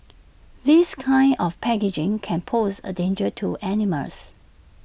this kind of packaging can pose A danger to animals